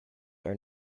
are